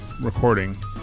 recording